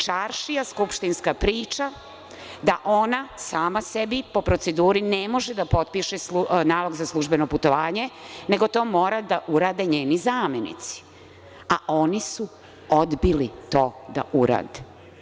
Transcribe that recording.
Čaršija skupštinska priča da ona sama sebi, po proceduri, ne može da potpiše svoj nalog za službeno putovanje, nego to mora da urade njeni zamenici, a oni su odbili to da urade.